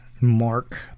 mark